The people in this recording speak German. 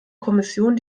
kommission